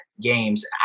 games